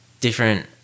different